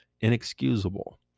inexcusable